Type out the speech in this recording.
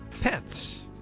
pets